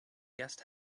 guest